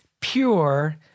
pure